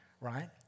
right